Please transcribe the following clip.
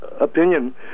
opinion